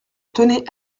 tenait